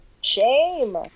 Shame